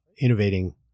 innovating